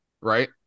right